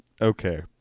Okay